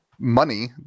money